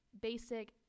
basic